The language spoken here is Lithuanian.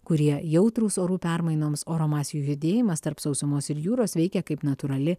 kurie jautrūs orų permainoms oro masių judėjimas tarp sausumos ir jūros veikia kaip natūrali